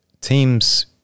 teams